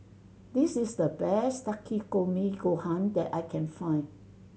this is the best Takikomi Gohan that I can find